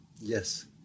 Yes